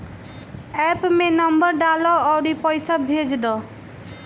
app में number डालअ अउरी पईसा भेज दअ